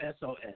SOS